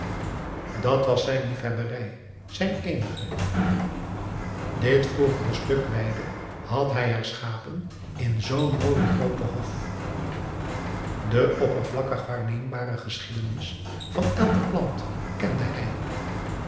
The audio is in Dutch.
dat was zijn liefhebberij zijn eenige dit vroegere stuk weide had hij herschapen in zoo'n mooien grooten hof de oppervlakkig waarneembare geschiedenis van elke plant kende hij